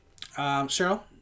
cheryl